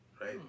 right